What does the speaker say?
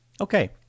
Okay